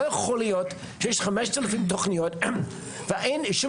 לא יכול להיות שיש 5,000 תוכניות ואין שום